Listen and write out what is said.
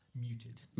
muted